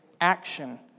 action